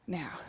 now